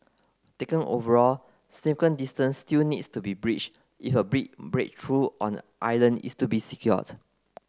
taken overall distance still needs to be bridged if a big breakthrough on the Ireland is to be secured